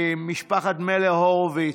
משפחת מלר הורוביץ,